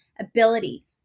ability